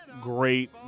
great